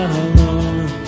alone